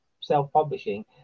self-publishing